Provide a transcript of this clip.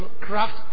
craft